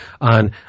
on